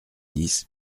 dix